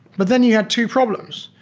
but then you had two problems.